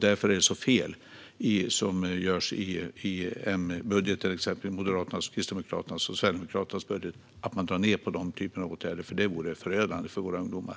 Därför är det fel att, som man gör i Moderaternas, Kristdemokraternas och Sverigedemokraternas budget, dra ned på den typen av åtgärder. Det vore förödande för våra ungdomar.